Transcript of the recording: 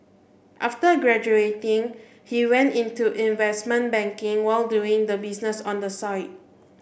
after graduating he went into investment banking while doing the business on the side